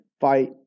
fight